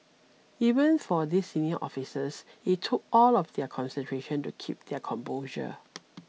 even for these senior officers it took all of their concentration to keep their composure